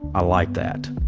i like that.